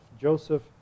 joseph